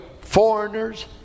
foreigners